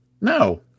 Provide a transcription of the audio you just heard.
No